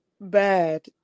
bad